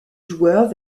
joueur